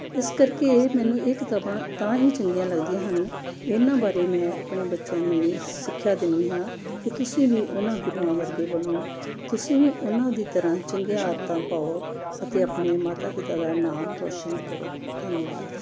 ਇਸ ਕਰਕੇ ਮੈਨੂੰ ਇਹ ਕਿਤਾਬਾਂ ਤਾਂ ਹੀ ਚੰਗੀਆਂ ਲੱਗਦੀਆਂ ਹਨ ਇਹਨਾਂ ਬਾਰੇ ਮੈਂ ਆਪਣੇ ਬੱਚਿਆਂ ਨੂੰ ਵੀ ਸਿੱਖਿਆ ਦਿੰਦੀ ਹਾਂ ਕਿ ਤੁਸੀਂ ਵੀ ਉਹਨਾਂ ਗੁਰੂਆਂ ਵਰਗੇ ਬਣੋ ਤੁਸੀਂ ਵੀ ਉਹਨਾਂ ਦੀ ਤਰ੍ਹਾਂ ਚੰਗੀਆਂ ਆਦਤਾਂ ਪਾਓ ਅਤੇ ਆਪਣੇ ਮਾਤਾ ਪਿਤਾ ਦਾ ਨਾਮ ਰੌਸ਼ਨ ਕਰੋ ਧੰਨਵਾਦ